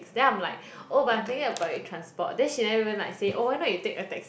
then I'm like oh but I'm taking a public transport then she never even like say oh why not you take a taxi